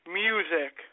music